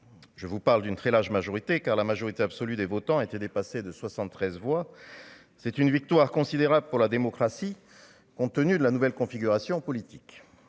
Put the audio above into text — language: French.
je vous parle d'une très large majorité, car la majorité absolue des votants était dépassée de 73 voix, c'est une victoire considérable pour la démocratie, compte tenu de la nouvelle configuration politique,